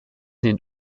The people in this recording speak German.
den